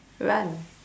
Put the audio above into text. run